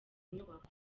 nyubako